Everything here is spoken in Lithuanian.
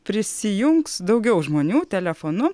prisijungs daugiau žmonių telefonu